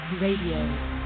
Radio